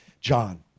John